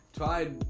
tried